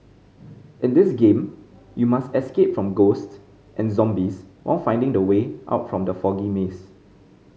in this game you must escape from ghost and zombies while finding the way out from the foggy maze